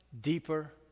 deeper